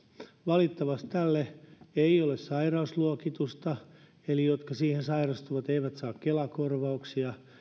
valitettavasti tälle ei ole sairausluokitusta eli jotka siihen sairastuvat eivät saa kela korvauksia